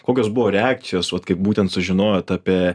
kokios buvo reakcijos vat kaip būtent sužinojot apie